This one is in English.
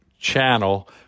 Channel